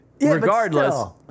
regardless